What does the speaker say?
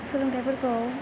सोलोंथाइफोरखौ